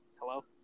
Hello